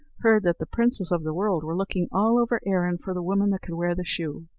heard that the princes of the world were looking all over erin for the woman that could wear the shoe,